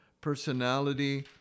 personality